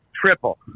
triple